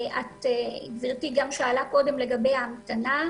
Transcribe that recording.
גברתי שאלה קודם לגבי ההמתנה.